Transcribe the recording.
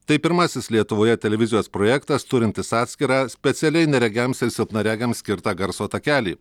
tai pirmasis lietuvoje televizijos projektas turintis atskirą specialiai neregiams ir silpnaregiams skirtą garso takelį